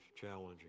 challenging